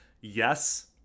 yes